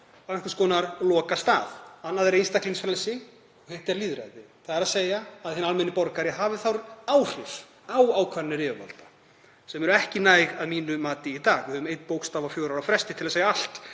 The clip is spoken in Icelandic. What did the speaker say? á einhvers konar lokastað. Annað er einstaklingsfrelsi og hitt er lýðræði, þ.e. að hinn almenni borgari hafi áhrif á ákvarðanir yfirvalda. Þau eru ekki næg að mínu mati í dag, við höfum einn bókstaf á fjögurra ára fresti til að segja allt